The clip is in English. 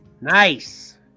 Nice